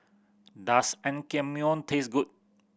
does Naengmyeon taste good